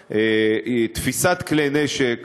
תפיסת כלי נשק